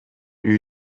үйү